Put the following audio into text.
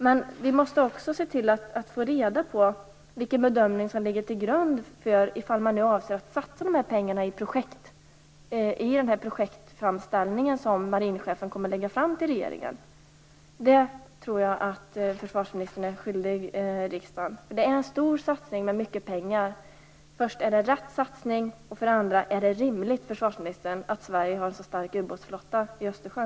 Men om man nu avser att satsa dessa pengar i projekt måste vi också få reda på vilken bedömning som ligger till grund för den projektframställning som marinchefen kommer att lägga fram för regeringen. Den informationen tror jag att försvarsministern är skyldig riksdagen, eftersom det är en stor satsning med mycket pengar. Är det rätt satsning? Och är det rimligt, försvarsministern, att Sverige har en så stark ubåtsflotta i Östersjön?